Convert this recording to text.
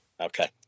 Okay